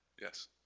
yes